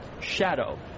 shadow